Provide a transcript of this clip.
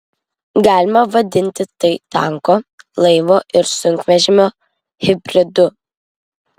galima vadinti tai tanko laivo ir sunkvežimio hibridu